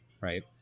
Right